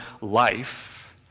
life